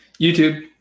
youtube